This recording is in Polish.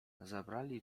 zabrali